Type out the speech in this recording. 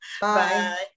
Bye